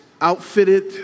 outfitted